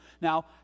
Now